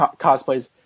cosplays